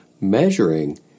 measuring